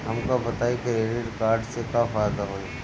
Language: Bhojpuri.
हमका बताई क्रेडिट कार्ड से का फायदा होई?